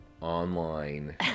online